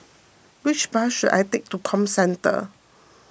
which bus should I take to Comcentre